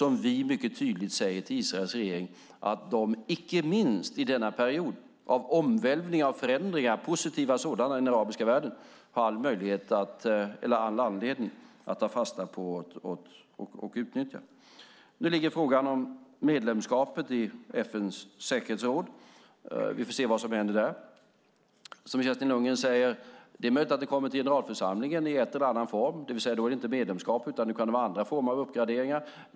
Vi säger mycket tydligt till Israels regering att de har all anledning, icke minst i denna period av positiva omvälvningar och förändringar i den arabiska världen, att ta fasta på och utnyttja den nya situationen. Nu ligger frågan om medlemskapet i FN:s säkerhetsråd. Vi får väl se vad som händer där. Som Kerstin Lundgren sade är det möjligt att det i en eller annan form kommer till generalförsamlingen. Då gäller det inte medlemskap utan kan vara fråga om andra former av uppgraderingar.